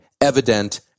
evident